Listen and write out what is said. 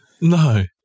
No